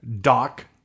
Doc